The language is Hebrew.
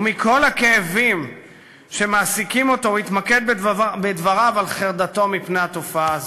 ומכל הכאבים שמעסיקים אותו התמקד בדבריו על חרדתו מפני התופעה הזאת.